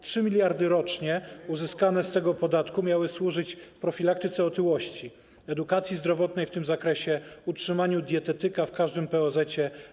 3 mld zł rocznie uzyskane z tego podatku miały służyć profilaktyce otyłości, edukacji zdrowotnej w tym zakresie, utrzymaniu dietetyka w każdym POZ-ecie.